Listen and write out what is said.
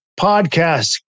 podcast